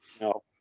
no